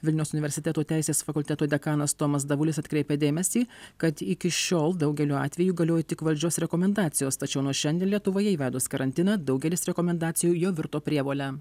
vilniaus universiteto teisės fakulteto dekanas tomas davulis atkreipia dėmesį kad iki šiol daugeliu atvejų galiojo tik valdžios rekomendacijos tačiau nuo šiandien lietuvoje įvedus karantiną daugelis rekomendacijų virto prievole